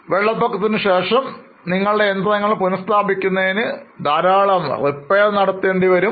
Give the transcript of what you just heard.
വെള്ളപ്പൊക്കത്തിനു ശേഷം നിങ്ങളുടെ യന്ത്രങ്ങൾ പുനർസ്ഥാപിക്കുന്നതിനും ധാരാളം അറ്റകുറ്റപ്പണികൾ നടത്തേണ്ടിവരും